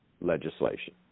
legislation